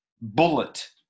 bullet